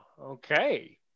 okay